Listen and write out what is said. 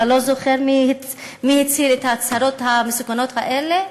אתה לא זוכר מי הצהיר את ההצהרות המסוכנות האלה?